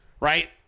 right